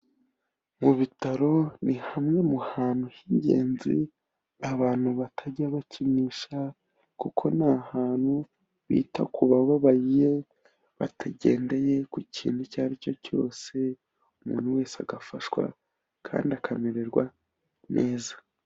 Mu bitaro ni hamwe mu hantu h'ingenzi abantu batajya bakinisha kuko nta hantu bita ku bababaye, batagendeye ku kintu icyo ari cyo cyose, umuntu wese agafashwa kandi akamererwa neza.